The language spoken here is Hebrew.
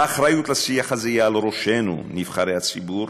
האחריות לשיח הזה היא על ראשנו, נבחרי הציבור,